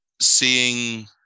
seeing